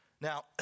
Now